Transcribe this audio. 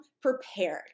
prepared